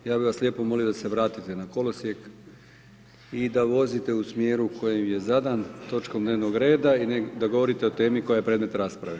Ja bih vas lijepo molio da se vratite na kolosijek i da vozite u smjeru u kojem je zadan točkom dnevnog reda i da govorite o temi koja je predmet rasprave.